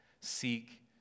seek